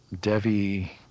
Devi